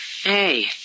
Hey